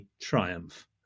triumph